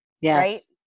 Yes